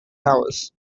hours